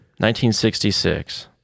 1966